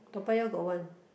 Toa-Payoh got one